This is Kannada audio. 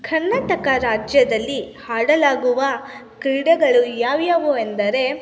ಕರ್ನಾಟಕ ರಾಜ್ಯದಲ್ಲಿ ಆಡಲಾಗುವ ಕ್ರೀಡೆಗಳು ಯಾವು ಯಾವು ಎಂದರೆ